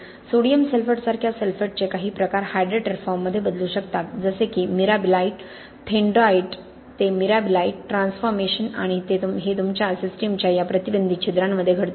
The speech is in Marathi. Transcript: सोडियम सल्फेट सारख्या सल्फेटचे काही प्रकार हायड्रेटेड फॉर्ममध्ये बदलू शकतात जसे की मिराबिलाइट थेनर्डाईट ते मिराबिलाइट ट्रान्सफॉर्मेशन आणि हे तुमच्या सिस्टमच्या या प्रतिबंधित छिद्रांमध्ये घडते